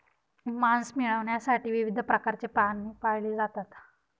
मांस मिळविण्यासाठी विविध प्रकारचे प्राणी पाळले जातात